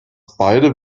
beide